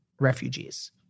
refugees